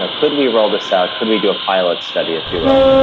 ah could we roll this out? could we do a pilot study, if you will,